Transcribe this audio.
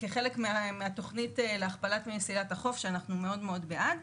כחלק מהתכנית להכפלת מסילת החוף שאנחנו מאוד בעד,